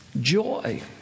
joy